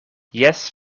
jes